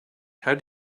how